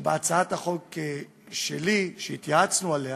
שבהצעת החוק שלי, שהתייעצנו עליה,